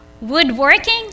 woodworking